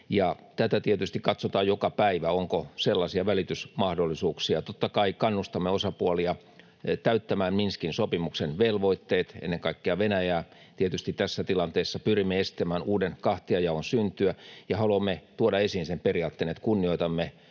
tätä tietysti katsotaan joka päivä, onko sellaisia välitysmahdollisuuksia. Totta kai kannustamme osapuolia, ennen kaikkea Venäjää, täyttämään Minskin sopimuksen velvoitteet. Tietysti tässä tilanteessa pyrimme estämään uuden kahtiajaon syntyä ja haluamme tuoda esiin sen periaatteen, että kunnioitamme